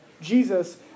Jesus